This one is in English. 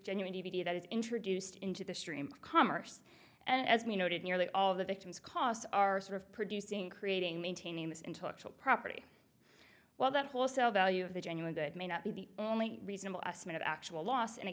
genuine d v d that is introduced into the stream of commerce and as we noted nearly all of the victims costs are sort of producing creating maintaining this intellectual property well that wholesale value of the genuine may not be the only reasonable estimate of actual loss and a